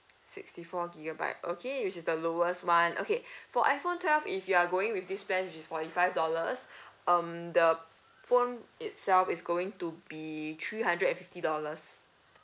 sixty four gigabyte okay which is the lowest one okay for iphone twelve if you are going with this plan which is forty five dollars um the phone itself is going to be three hundred and fifty dollars